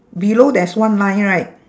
below there's one line right